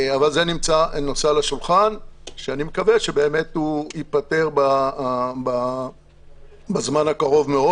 זה נושא על השולחן ואני מקווה שהוא ייפתר בזמן הקרוב מאוד